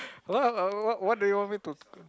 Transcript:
wha~ what what do you want me to